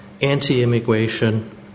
anti-immigration